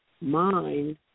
mind